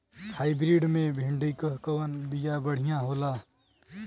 Hybrid मे भिंडी क कवन बिया बढ़ियां होला?